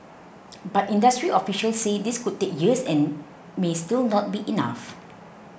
but industry officials say this could take years and may still not be enough